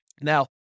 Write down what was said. Now